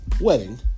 wedding